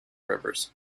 rivers